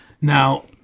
Now